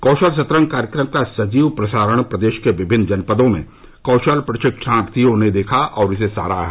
कौशल सतरंग कार्यक्रम का सजीव प्रसारण प्रदेश के विभिन्न जनपदों में कौशल प्रशिक्षार्थियों ने देखा और इसे सराहा